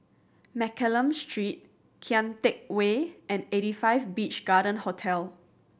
Mccallum Street Kian Teck Way and Eighty Five Beach Garden Hotel